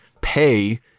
pay